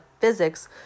physics